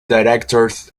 directors